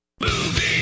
Movie